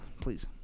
please